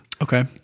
Okay